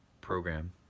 program